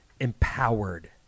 empowered